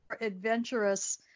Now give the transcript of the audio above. adventurous